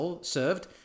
served